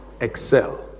excel